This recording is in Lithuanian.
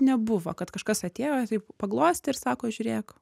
nebuvo kad kažkas atėjo taip paglostė ir sako žiūrėk